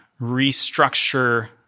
restructure